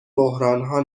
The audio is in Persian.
بحرانها